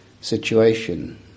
situation